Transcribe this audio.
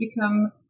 become